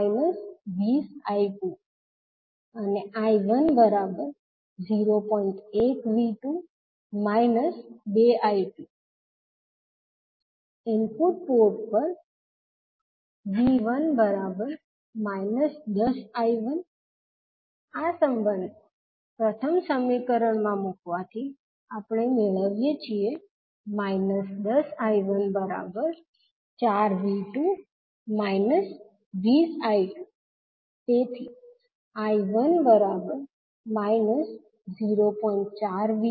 1V2 2I2 input port પર V1 −10𝐈1 આ સંબંધને પ્રથમ સમીકરણમાં મુકવાથી આપણે મેળવીએ છીએ 10I14V2 20I2I1 0